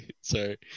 sorry